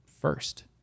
first